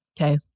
Okay